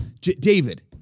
David